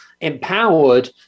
empowered